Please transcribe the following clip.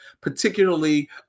Particularly